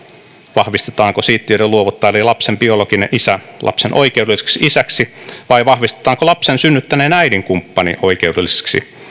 vahvistetaanko siittiöiden luovuttaja eli lapsen biologinen isä lapsen oikeudelliseksi isäksi vai vahvistetaanko lapsen synnyttäneen äidin kumppani oikeudelliseksi